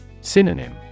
Synonym